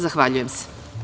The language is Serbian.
Zahvaljujem se.